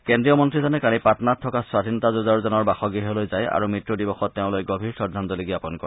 কেন্দ্ৰীয় মন্ত্ৰীজনে কালি পাটনাত থকা স্বধীনতা যুঁজাৰুজনৰ বাসগৃহলৈ যায় আৰু মৃত্যু দিৱসত তেওঁলৈ গভীৰ শ্ৰদ্ধাঞ্জলি জ্ঞাপন কৰে